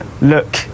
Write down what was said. look